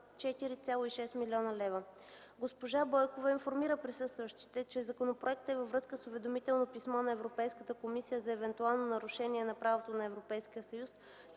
4,6 млн. лв. Госпожа Бойкова информира присъстващите, че законопроектът е във връзка с уведомително писмо на Европейската комисия за евентуално нарушение на правото на Европейския съюз, с